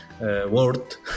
world